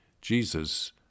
Jesus